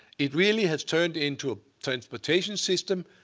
it really has turned into a transportation system.